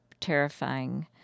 terrifying